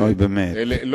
אוי, באמת.